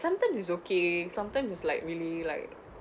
sometimes it's okay sometime is like really like